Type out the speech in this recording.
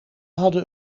hadden